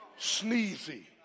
Sneezy